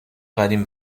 قدیم